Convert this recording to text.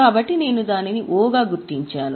కాబట్టి నేను దానిని O గా గుర్తించాను